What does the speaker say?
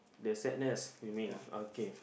the sadness you mean okay